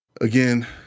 again